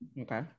Okay